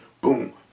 boom